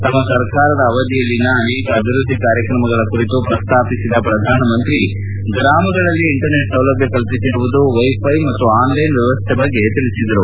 ತಮ್ಮ ಸರಕಾರದ ಅವಧಿಯಲ್ಲಿನ ಅನೇಕ ಅಭಿವೃದ್ಧಿ ಕಾರ್ಯಕ್ರಮಗಳ ಕುರಿತು ಪ್ರಸ್ತಾಪಿಸಿದ ಪ್ರಧಾನಮಂತ್ರಿ ಗ್ರಾಮಗಳಲ್ಲಿ ಇಂಟರ್ನೆಟ್ ಸೌಲಭ್ಯ ಕಲ್ಪಿಸಿರುವುದು ವೈಫೈ ಮತ್ತು ಆನ್ಲೈನ್ ವ್ಯವಸ್ಥೆಯ ಬಗ್ಗೆ ತಿಳಿಸಿದರು